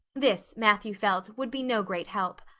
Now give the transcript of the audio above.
this, matthew felt, would be no great help.